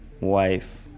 wife